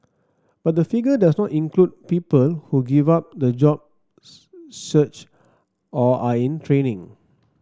but the figure does not include people who give up the job search or are in training